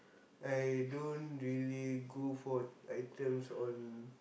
I don't really go for items on